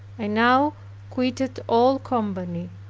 i now quitted all company,